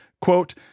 quote